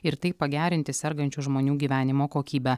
ir taip pagerinti sergančių žmonių gyvenimo kokybę